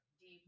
deep